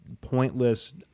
pointless